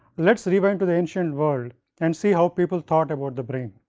let us rewind to the ancient world and see how people thought about the brain.